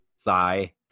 thigh